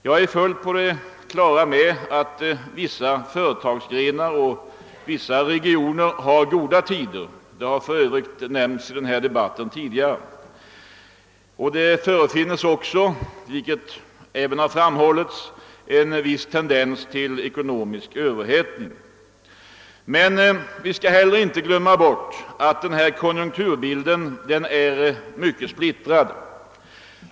Jag är fullt på det klara med att vissa företagsgrenar och vissa regioner har goda tider med tendenser till ekonomisk överhettning; det har för övrigt nämnts tidigare i denna debatt. Men vi skall inte glömma att konjunkturbilden är mycket splittrad.